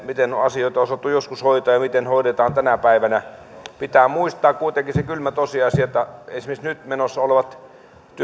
miten on asioita osattu joskus hoitaa ja miten hoidetaan tänä päivänä pitää muistaa kuitenkin se kylmä tosiasia että esimerkiksi nyt menossa olevat